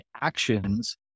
actions